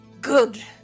good